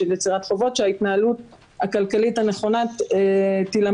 בנושאים האלה זה חד-משמעית דורש טיפול של המשרדים הרלוונטיים.